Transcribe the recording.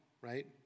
right